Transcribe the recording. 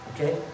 Okay